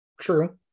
True